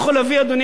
אדוני היושב-ראש,